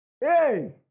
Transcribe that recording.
Hey